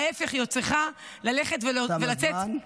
להפך, היא עוד צריכה ללכת ולצאת, תם הזמן.